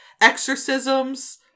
exorcisms